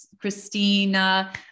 Christina